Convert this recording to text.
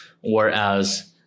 Whereas